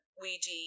Ouija